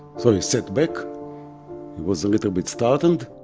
so he sat back, was a little bit startled.